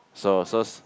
so so